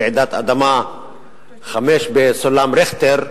רעידת אדמה 5 בסולם ריכטר,